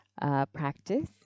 practice